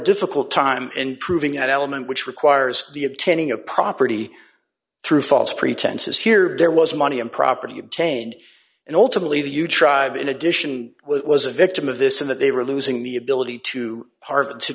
difficult time in proving an element which requires the obtaining a property through false pretenses here there was money and property obtained and ultimately the huge tribe in addition was a victim of this in that they were losing the ability to hard to